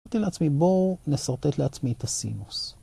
אמרתי לעצמי, בואו נשרטט לעצמי את הסינוס.